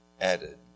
added